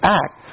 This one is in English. act